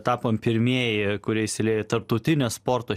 tapom pirmieji kurie įsiliejo į tarptautinę sporto